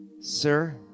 Sir